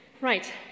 Right